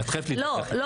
אני